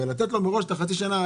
ולתת לו מראש את החצי שנה.